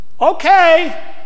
okay